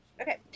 Okay